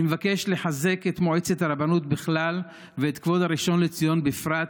אני מבקש לחזק את מועצת הרבנות בכלל ואת כבוד הראשון לציון בפרט,